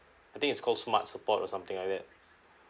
I think it's called smart support or something like that